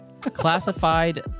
Classified